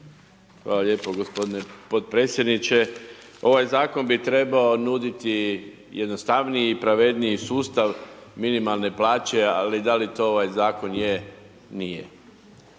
Hvala lijepo gospodine potpredsjedniče. Ovaj Zakon bi trebao nuditi jednostavniji i pravedniji sustav minimalne plaće, ali da li to ovaj Zakon je, nije.